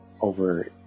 over